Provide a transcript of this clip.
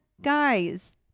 guys